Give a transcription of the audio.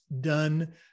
Done